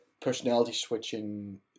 personality-switching